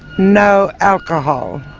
no alcohol.